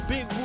Big